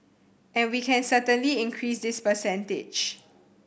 and we can certainly increase this percentage